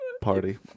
party